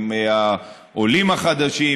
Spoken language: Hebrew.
עם העולים החדשים,